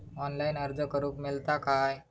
Online अर्ज करूक मेलता काय?